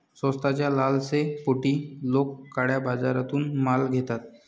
स्वस्ताच्या लालसेपोटी लोक काळ्या बाजारातून माल घेतात